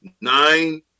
nine